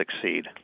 succeed